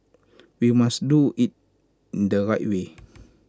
we must do so in the right way